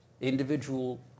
Individual